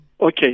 Okay